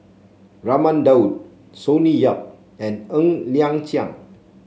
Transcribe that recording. Raman Daud Sonny Yap and Ng Liang Chiang